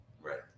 Right